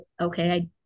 okay